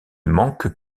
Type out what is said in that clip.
manque